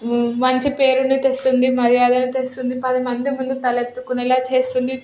మంచి పేరుని తెస్తుంది మర్యాదలు తెస్తుంది పదిమంది ముందు తలెత్తుకునేలా చేస్తుంది